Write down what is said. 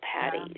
patties